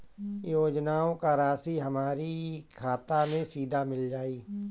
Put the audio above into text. योजनाओं का राशि हमारी खाता मे सीधा मिल जाई?